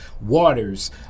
waters